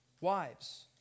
Wives